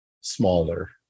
smaller